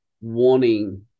wanting